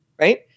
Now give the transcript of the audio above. right